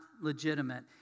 legitimate